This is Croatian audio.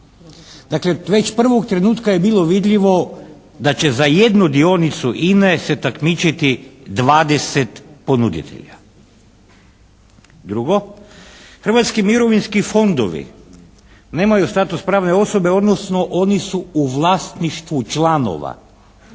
Dakle, već prvog trenutka je bilo vidljivo da će za jednu dionicu INA-e se takmičiti 20 ponuditelja. Drugo, hrvatski mirovinski fondovi nemaju status pravne osobe, odnosno oni su u vlasništvu članova